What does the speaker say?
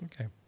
okay